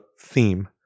theme